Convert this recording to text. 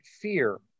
fear